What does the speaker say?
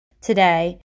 today